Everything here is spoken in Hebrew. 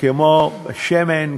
כמו שמן,